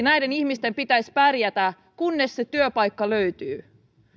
näiden ihmisten pitäisi pärjätä kunnes se työpaikka löytyy